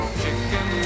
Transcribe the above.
chicken